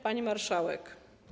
Pani Marszałek!